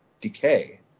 decay